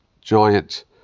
giant